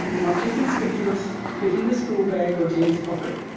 not too conspicuous, fit in the school bag or jean's pocket.